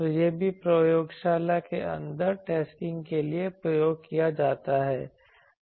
तो यह भी प्रयोगशाला के अंदर टेस्टिंग के लिए प्रयोग किया जाता है